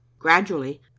gradually